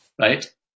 right